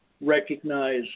recognize